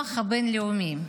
המוח הבין-לאומי.